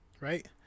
Right